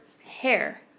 hair